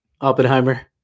Oppenheimer